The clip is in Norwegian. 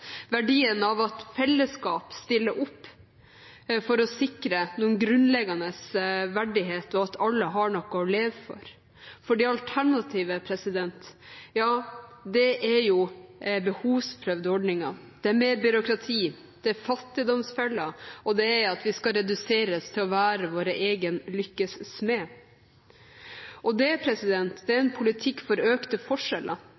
verdien av at fellesskapet stiller opp for å sikre grunnleggende verdighet og at alle har noe å leve for. Alternativet er behovsprøvde ordninger, det er mer byråkrati, det er fattigdomsfeller, og det er at vi skal reduseres til å være vår egen lykkes smed. Det er en politikk for økte forskjeller, og det er det